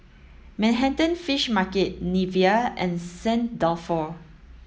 Manhattan Fish Market Nivea and Saint Dalfour